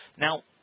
Now